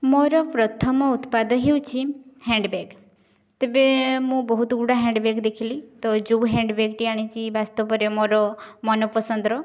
ମୋର ପ୍ରଥମ ଉତ୍ପାଦ ହେଉଛି ହ୍ୟାଣ୍ଡ୍ ବ୍ୟାଗ୍ ତେବେ ମୁଁ ବହୁତ ଗୁଡ଼ାକ ହ୍ୟାଣ୍ଡ୍ ବ୍ୟାଗ୍ ଦେଖିଲି ତ ଯୋଉ ହ୍ୟାଣ୍ଡ୍ ବ୍ୟାଗ୍ଟି ଆଣିଛି ବାସ୍ତବରେ ମୋର ମନପସନ୍ଦର